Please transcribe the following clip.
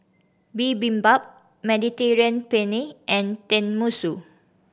Bibimbap Mediterranean Penne and Tenmusu